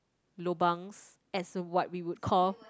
lobangs as a what we would call